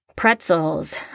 pretzels